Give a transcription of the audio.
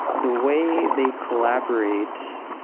the way they collaborate,